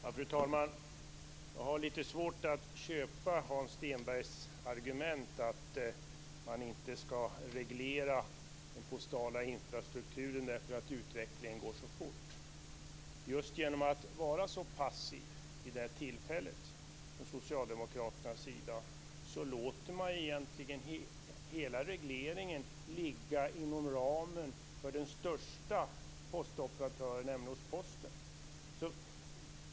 Fru talman! Jag har lite svårt att köpa Hans Stenbergs argument att man inte skall reglera den postala infrastrukturen därför att utvecklingen går så fort. Just genom att socialdemokraterna är så passiva vid detta tillfälle så låter de egentligen hela regleringen ligga inom ramen för den största postoperatören, nämligen hos Posten.